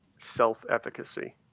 self-efficacy